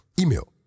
Email